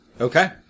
Okay